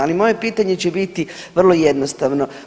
Ali moje pitanje će biti vrlo jednostavno.